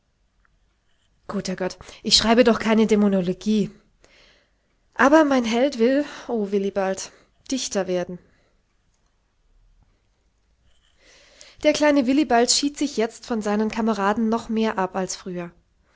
guter gott ich schreibe doch keine dämonologie aber mein held will oh willibald dichter werden der kleine willibald schied sich jetzt von seinen kameraden noch mehr ab als früher